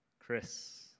Chris